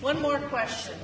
one more question